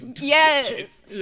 yes